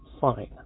fine